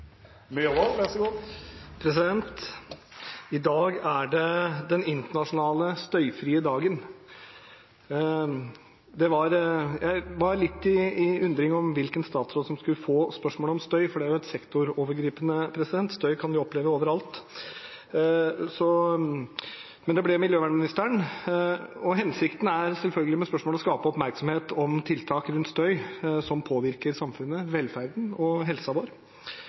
er bortreist. Jeg var litt i undring om hvilken statsråd som skulle få spørsmålet om støy, for det er jo sektorovergripende, støy kan vi oppleve overalt, men det ble miljøministeren: «25. april markeres den internasjonale støyfrie dagen over hele verden. Hensikten er å skape oppmerksomhet om tiltak mot støy som påvirker vårt samfunn, vår velferd og vår